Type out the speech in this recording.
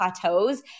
plateaus